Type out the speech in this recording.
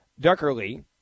Duckerley